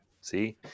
see